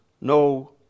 no